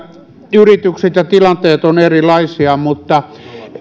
yritykset ja tilanteet ovat erilaisia mutta